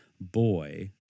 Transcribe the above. boy